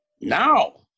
Now